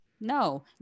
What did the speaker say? no